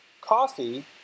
Coffee